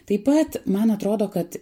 taip pat man atrodo kad